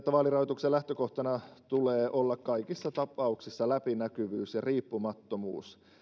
vaalirahoituksen lähtökohtana tulee olla kaikissa tapauksissa läpinäkyvyys ja riippumattomuus